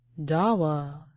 Dawa